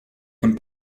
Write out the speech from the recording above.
von